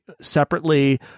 separately